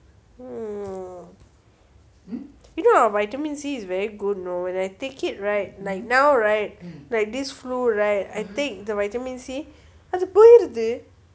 um you know vitamin C is very good know when I take it right like now right like this flu right I think the vitamin C right அது போயிருது:athu pooiyiruthu